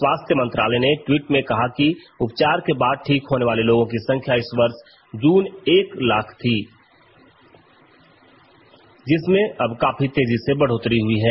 स्वास्थ्य मंत्रालय ने ट्वीट में कहा कि उपचार के बाद ठीक होने वाले लोगों की संख्या इस वर्ष जून एक लाख थी जिसमें अब काफी तेजी से बढ़ोतरी हुई है